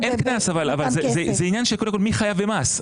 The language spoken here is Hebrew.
אין קנס אבל זה עניין של קודם כל מי חייב במס.